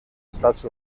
estats